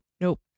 nope